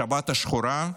בשבת השחורה,